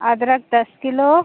अदरक दस किलो